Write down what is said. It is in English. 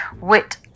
wit